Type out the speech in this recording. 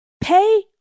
pay